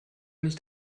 nicht